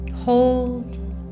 hold